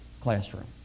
classroom